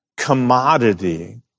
commodity